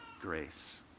grace